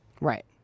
right